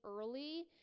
early